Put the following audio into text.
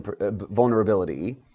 vulnerability